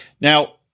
Now